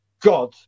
God